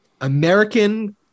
American